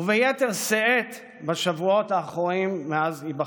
וביתר שאת בשבועות האחרונים מאז היבחרי.